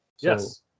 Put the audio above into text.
Yes